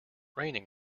raining